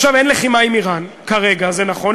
עכשיו, אין לחימה עם איראן כרגע, זה נכון.